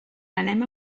anem